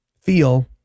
feel